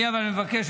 אבל אני מבקש,